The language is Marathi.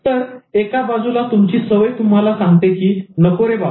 तर एका बाजूला तुमची सवय तुम्हाला सांगते की नको रे बाबा